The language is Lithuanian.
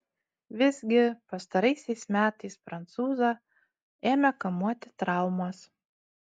visgi pastaraisiais metais prancūzą ėmė kamuoti traumos